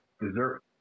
Dessert